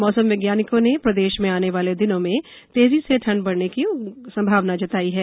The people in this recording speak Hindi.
मौसम वैज्ञानिकों ने प्रदेश में आने वाले दिनों में तेजी से ठंड बढने उम्मीद जताई है